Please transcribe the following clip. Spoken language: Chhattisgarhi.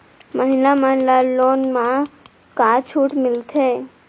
महिला मन ला लोन मा का छूट मिलथे?